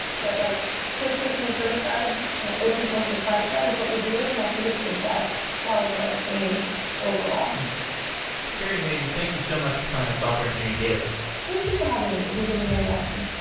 but like close sourcing the server side and open source on the client side is what we're doing, and i think it's the best model that i've seen overall charity majors, thank you so much for coming on software engineering daily thank you for having me. this has been really awesome.